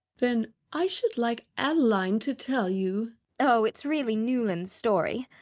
then i should like adeline to tell you oh, it's really newland's story,